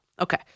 Okay